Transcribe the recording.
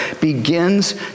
begins